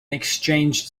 exchanged